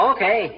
Okay